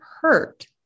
hurt